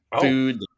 food